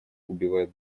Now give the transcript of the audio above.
убивает